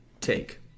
take